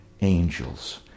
angels